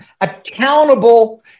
accountable